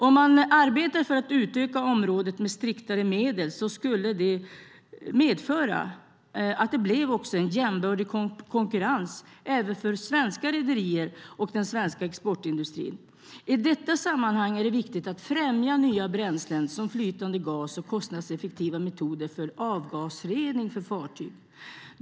Om man arbetar för att utöka området med striktare medel skulle det medföra en jämbördig konkurrens även för svenska rederier och den svenska exportindustrin. I detta sammanhang är det viktigt att främja nya bränslen som flytande gas och kostnadseffektiva metoder för avgasrening på fartyg.